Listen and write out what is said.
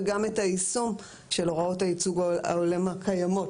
גם לבדוק את היישום של הוראות הייצוג ההולם הקיימות,